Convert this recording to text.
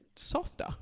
softer